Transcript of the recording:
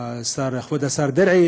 אדוני היושב-ראש.